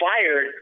fired